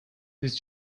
this